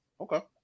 okay